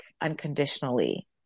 unconditionally